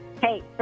Hey